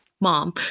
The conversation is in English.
mom